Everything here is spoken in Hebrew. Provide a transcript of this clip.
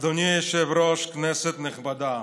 אדוני היושב-ראש, כנסת נכבדה,